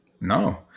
no